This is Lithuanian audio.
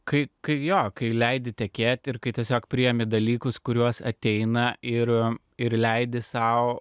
kai jo kai leidi tekėti ir kai tiesiog priėmė dalykus kuriuos ateina ir ir leidi sau